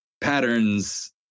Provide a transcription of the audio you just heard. patterns